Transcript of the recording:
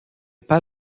pas